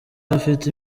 afite